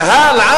קהל?